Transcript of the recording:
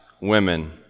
women